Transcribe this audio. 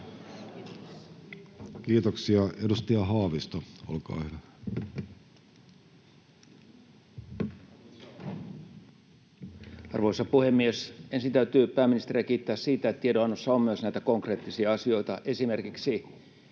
Kiitoksia. — Edustaja Haavisto, olkaa hyvä. Arvoisa puhemies! Ensin täytyy pääministeriä kiittää siitä, että tiedonannossa on myös näitä konkreettisia asioita.